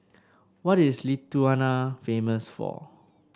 what is Lithuania famous for